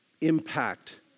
impact